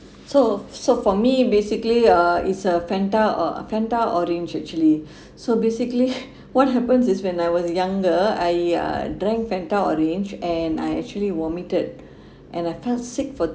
so so for me basically uh is uh fanta or~ fanta orange actually so basically what happens is when I was younger I uh drank fanta orange and I actually vomited and I felt sick for